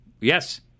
Yes